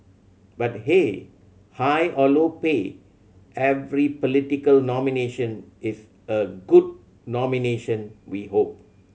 but hey high or low pay every political nomination is a good nomination we hope